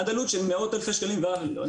עד עלות של מאות אלפי שקלים ומיליון,